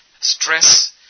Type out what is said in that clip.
stress